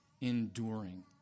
enduring